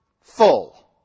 full